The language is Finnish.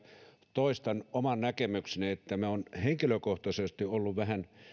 toistan oman näkemykseni että minä olen henkilökohtaisesti ollut vähän